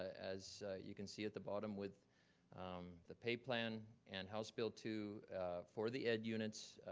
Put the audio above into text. as you can see at the bottom with um the pay plan and house bill two for the ed units,